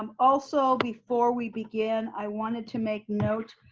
um also, before we begin, i wanted to make note,